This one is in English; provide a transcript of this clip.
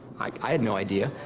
i had no idea.